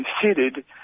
considered